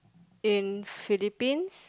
in Philippines